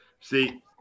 See